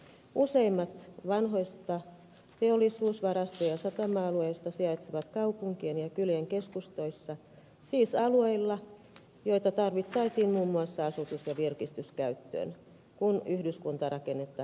useimmat vanhoista teollisuus varasto ja satama alueista sijaitsevat kaupunkien ja kylien keskustoissa siis alueilla joita tarvittaisiin muun muassa asutus ja virkistyskäyttöön kun yhdyskuntarakennetta halutaan tiivistää